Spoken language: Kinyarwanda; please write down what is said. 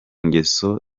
ngeso